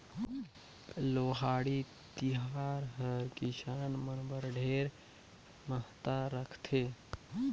लोहड़ी तिहार हर किसान मन बर ढेरे महत्ता राखथे